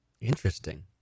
Interesting